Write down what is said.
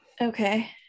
Okay